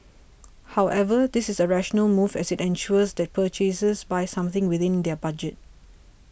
however this is a rational move as it ensures that purchasers buy something within their budget